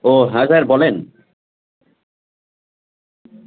ও হ্যাঁ স্যার বলেন